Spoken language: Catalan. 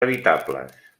habitables